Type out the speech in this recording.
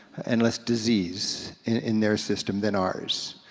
and less disease in their system than ours.